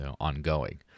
ongoing